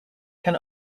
can